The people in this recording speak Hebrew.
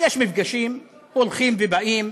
יש מפגשים, הולכים ובאים.